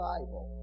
Bible